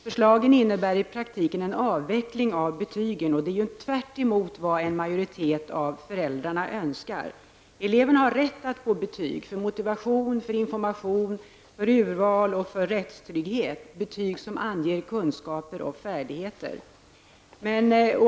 Förslaget innebär i praktiken en avveckling av betygen, och det är tvärt emot vad en majoritet av föräldrarna önskar. Eleverna har rätt att få betyg för motivation, för information, för urval och för rättstrygghet, betyg som anger kunskaper och färdigheter.